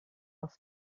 off